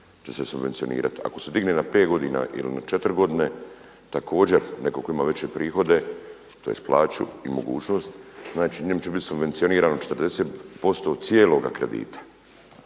će se subvencionirati. Ako se digne na 5 godina ili na 4 godine također netko tko ima veće prihode, tj. plaću i mogućnost znači njemu će biti subvencionirano 40% cijeloga kredita.